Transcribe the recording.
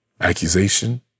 accusation